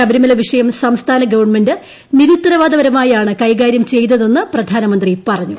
ശബരിമല വിഷയം സംസ്ഥാന ഗവൺമെന്റ് നിരുത്തരവാദപരമായി ആണ് കൈകാര്യം ചെയ്തതെന്ന് പ്രധാനമന്ത്രി പറഞ്ഞു